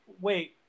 wait